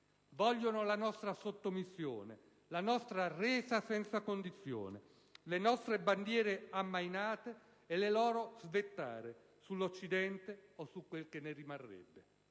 vogliono la nostra sottomissione, la nostra resa senza condizioni, le nostre bandiere ammainate e le loro a svettare sull'Occidente o su quel che ne rimarrebbe.